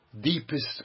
deepest